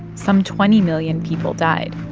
some twenty million people died.